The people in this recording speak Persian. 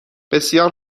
بسیار